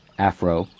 afro.